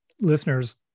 listeners